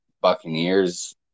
Buccaneers